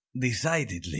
Decidedly